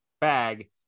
bag